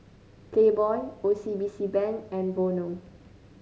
Playboy O C B C Bank and Vono